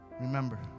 Remember